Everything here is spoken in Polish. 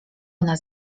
nas